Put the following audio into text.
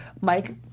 Mike